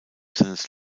seines